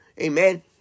Amen